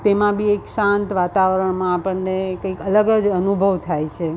તેમા બિ એક શાંત વાતાવરણમાં આપણને કંઈક અલગ જ અનુભવ થાય છે